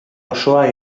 osoa